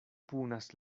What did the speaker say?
punas